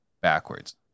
backwards